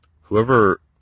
Whoever